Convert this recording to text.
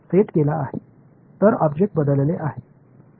तर ऑब्जेक्ट बदलले आहे